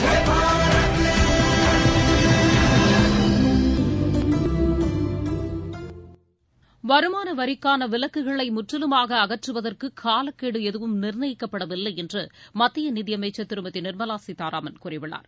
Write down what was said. seconds வருமான வரிக்கான விலக்குகளை முற்றிலுமாக அகற்றுவதற்கு காலக்கெடு எகுவும் நிர்ணயிக்கப்படவில்லை என்று மத்திய நிதியமைச்சர் திருமதி நிர்மலா சீதாராமன் கூறியுள்ளார்